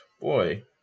boy